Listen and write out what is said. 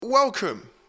welcome